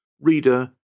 Reader